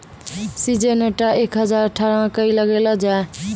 Syngenta एक हजार अठारह मकई लगैलो जाय?